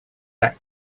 that